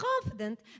confident